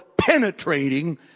penetrating